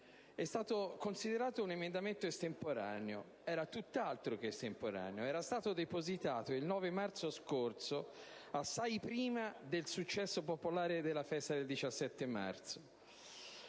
è stato considerato estemporaneo. Era tutt'altro che estemporaneo, perché era stato depositato il 9 marzo scorso, quindi assai prima del successo popolare della festa del 17 marzo,